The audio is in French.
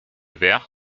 verre